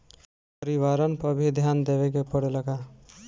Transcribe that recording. परिवारन पर भी ध्यान देवे के परेला का?